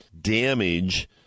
damage